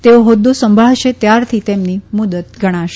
તેઓ હોદ્દો સંભાળશે ત્યારથી તેમની મુદ્દત ગણાશે